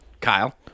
Kyle